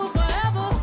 forever